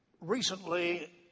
Recently